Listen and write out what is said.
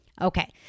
Okay